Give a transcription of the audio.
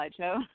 slideshow